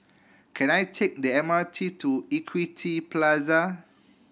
can I take the M R T to Equity Plaza